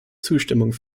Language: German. zustimmung